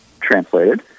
translated